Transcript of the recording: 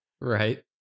Right